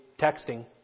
texting